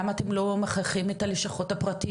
למה אתם לא מכריחים את הלשכות הפרטיות,